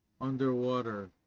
underwater